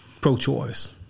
pro-choice